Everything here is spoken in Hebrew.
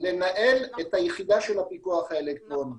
לנהל את היחידה של הפיקוח האלקטרוני.